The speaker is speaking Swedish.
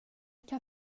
kan